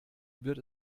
wird